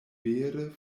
vere